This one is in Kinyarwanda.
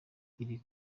iri